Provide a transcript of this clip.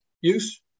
use